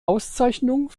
auszeichnung